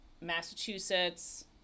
Massachusetts